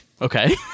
Okay